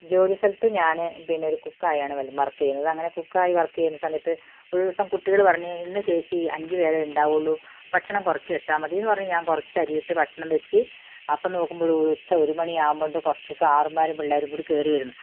ജോലിസ്ഥലത്ത് ഞാൻ പിന്നെ ഒരു കുക്കായാണ് വർക്ക് ചെയ്യുന്നത് അങ്ങനെ കുക്കായി വർക്ക് ചെയ്യുന്ന സമയത്ത് ഒരു ദിവസം കുട്ടികൾ പറഞ്ഞു ഇന്ന് ചേച്ചി അഞ്ച് പേരെ ഉണ്ടാവുളളു ഭക്ഷണം കുറച്ച് വച്ചാൾ മതി എന്നു പറഞ്ഞു ഞാൻ കുറച്ചരിയിട്ട് ഭക്ഷണം വച്ച് അപ്പോൾ നോക്കുമ്പോഴോ ഉച്ച ഒരു മണിയാവുമ്പോഴുണ്ട് കുറച്ച് സാറുമ്മാരും പിള്ളേരും കൂടി കയറി വരുന്നു